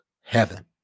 heaven